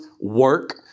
work